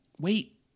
Wait